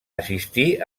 assistir